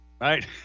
right